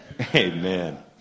Amen